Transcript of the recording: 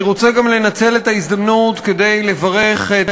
אני רוצה גם לנצל את ההזדמנות כדי לברך את